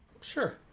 Sure